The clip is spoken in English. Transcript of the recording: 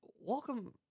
Welcome